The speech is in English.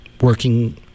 working